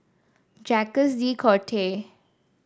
Jacques De Coutre